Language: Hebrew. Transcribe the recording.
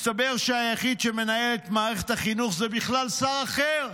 מסתבר שהיחיד שמנהל את מערכת החינוך זה בכלל שר אחר,